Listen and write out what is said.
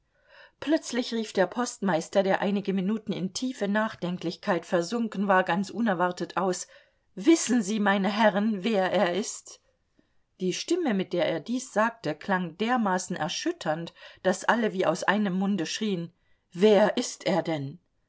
plötzlich rief der postmeister der einige minuten in tiefe nachdenklichkeit versunken war ganz unerwartet aus wissen sie meine herren wer er ist die stimme mit der er dies sagte klang dermaßen erschütternd daß alle wie aus einem munde schrien wer ist er denn